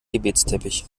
gebetsteppich